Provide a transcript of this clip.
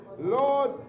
Lord